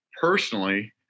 personally